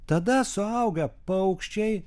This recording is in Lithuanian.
tada suaugę paukščiai